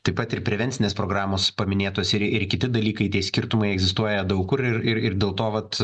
taip pat ir prevencinės programos paminėtos ir ir kiti dalykai tie skirtumai egzistuoja daug kur ir dėl to vat